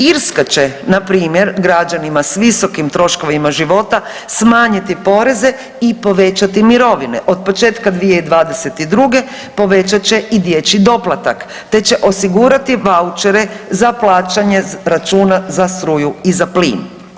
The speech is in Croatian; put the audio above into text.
Irska će na primjer građanima s visokim troškovima života smanjiti poreze i povećati mirovine od početka 2022. povećat će i dječji doplatak te će osigurati vaučere za plaćanje računa za struju i za plin.